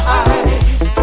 eyes